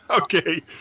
Okay